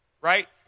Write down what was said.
right